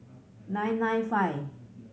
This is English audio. nine nine five